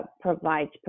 provides